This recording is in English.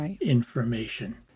information